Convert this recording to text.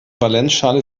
valenzschale